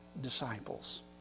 disciples